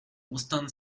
ostern